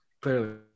Clearly